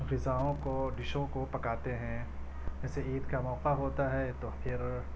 غذاؤں کو ڈشوں کو پکاتے ہیں جیسے عید کا موقع ہوتا ہے تو پھر